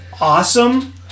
awesome